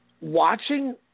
watching